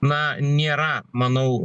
na nėra manau